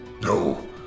No